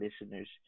listeners